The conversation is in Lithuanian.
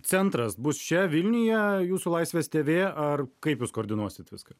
centras bus čia vilniuje jūsų laisvės tv ar kaip jūs koordinuosit viską